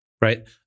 right